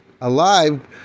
alive